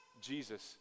Jesus